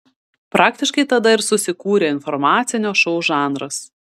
praktiškai tada ir susikūrė informacinio šou žanras